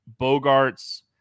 bogarts